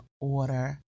order